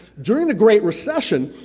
during the great recession,